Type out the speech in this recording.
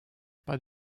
pas